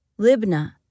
Libna